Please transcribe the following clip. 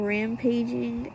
Rampaging